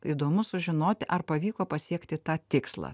įdomu sužinoti ar pavyko pasiekti tą tikslą